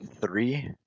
three